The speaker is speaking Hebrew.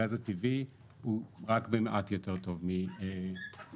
הגז הטבעי הוא רק במעט יותר טוב מאחרים.